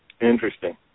Interesting